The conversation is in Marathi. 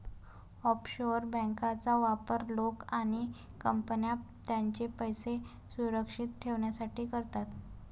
ऑफशोअर बँकांचा वापर लोक आणि कंपन्या त्यांचे पैसे सुरक्षित ठेवण्यासाठी करतात